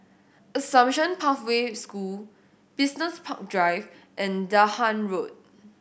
Assumption Pathway School Business Park Drive and Dahan Road